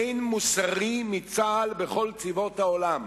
אין מוסרי מצה"ל בכל צבאות העולם.